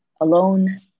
alone